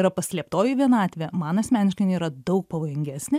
yra paslėptoji vienatvė man asmeniškai jin yra daug pavojingesnė